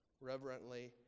reverently